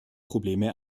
probleme